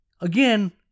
Again